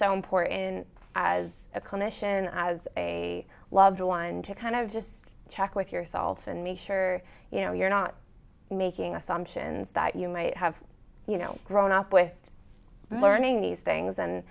so important as a clinician as a loved one to kind of just check with your assaults and make sure you know you're not making assumptions that you might have you know grown up with learning these things